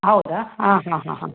ಹೌದಾ ಹಾಂ ಹಾಂ ಹಾಂ ಹಾಂ